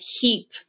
keep